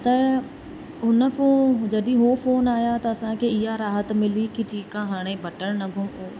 त उन फो जॾहिं उहो फ़ोन आहियां त असांखे इहा राहत मिली कि ठीकु आहे हाणे बटण न घो